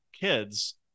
kids